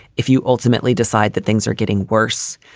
if you ultimately decide that things are getting worse,